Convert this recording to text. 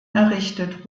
errichtet